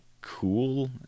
cool